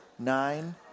Nine